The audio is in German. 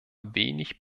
wenig